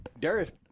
Derek